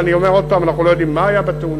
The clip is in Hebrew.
ואני אומר עוד פעם: אנחנו לא יודעים מה היה בתאונה,